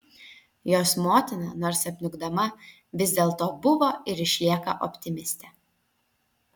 jos motina nors apniukdama vis dėlto buvo ir išlieka optimistė